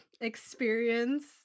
experience